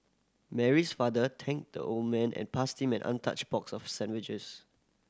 Mary's father thanked the old man and passed him an untouched box of sandwiches